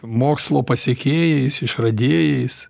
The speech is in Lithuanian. mokslo pasekėjais išradėjais